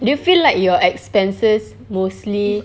do you feel like your expenses mostly